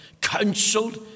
counseled